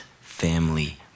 family